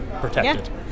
protected